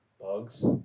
Bugs